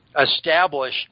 establish